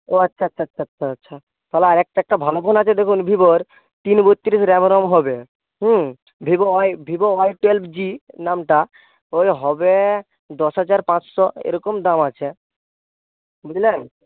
ও আচ্ছা আচ্ছা আচ্ছা আচ্ছা আচ্ছা তাহলে আরেকটা একটা ভালো ফোন আছে দেখুন ভিভোর তিন বত্রিশ র্যাম রম হবে হুম Vivo Y Vivo Y twelve G নামটা ওই হবে দশ হাজার পাঁচশো এরকম দাম আছে বুঝলেন